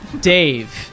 Dave